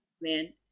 man